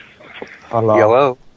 Hello